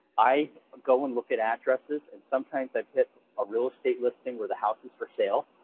i go and look at addresses, and sometimes i pick a real estate listing where the house is for sale,